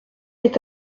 est